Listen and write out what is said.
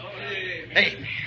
Amen